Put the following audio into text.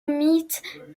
mythes